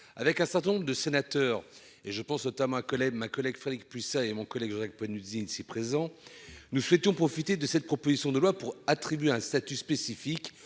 avec un certain nombre de sénateurs et je pense notamment à collègue ma collègue Frédérique Puissat et mon collègue Derec point une usine si présent nous souhaitons profiter de cette proposition de loi pour attribuer un statut spécifique